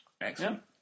Excellent